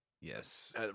Yes